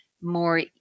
more